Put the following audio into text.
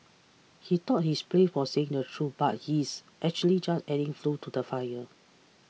he thought he's brave for saying the truth but he's actually just adding fuel to the fire